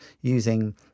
using